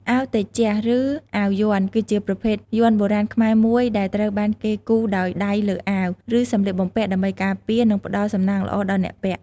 អាវតេជៈ ឬអាវយ័ន្ត គឺជាប្រភេទយ័ន្តបុរាណខ្មែរមួយដែលត្រូវបានគេគូរដោយដៃលើអាវ ឬសម្លៀកបំពាក់ ដើម្បីការពារ និងផ្ដល់សំណាងល្អដល់អ្នកពាក់។